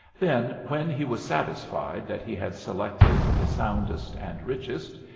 then, when he was satisfied that he had selected the soundest and richest,